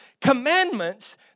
commandments